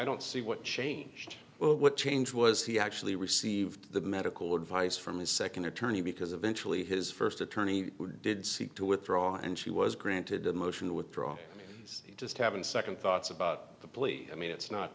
don't see what changed well what changed was he actually received the medical advice from his second attorney because eventually his first attorney who did seek to withdraw and she was granted a motion to withdraw is just having second thoughts about the plea i mean it's not